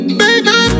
baby